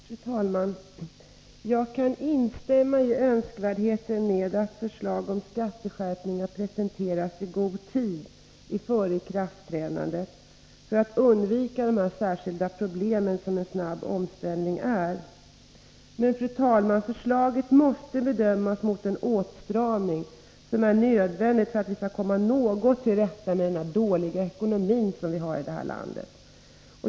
Fru talman! Jag kan hålla med om det önskvärda i att förslag om skatteskärpningar presenteras i god tid före ikraftträdandet för undvikande av de särskilda problem som en snabb omställning innebär. Men förslaget måste bedömas mot bakgrund av den åtstramning som är nödvändig för att vi något så när skall kunna komma till rätta med den dåliga ekonomi som vi har här i landet.